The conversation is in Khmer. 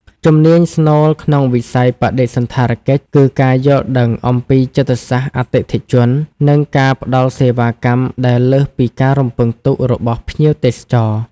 ជំនាញស្នូលក្នុងវិស័យបដិសណ្ឋារកិច្ចគឺការយល់ដឹងអំពីចិត្តសាស្ត្រអតិថិជន និងការផ្ដល់សេវាកម្មដែលលើសពីការរំពឹងទុករបស់ភ្ញៀវទេសចរ។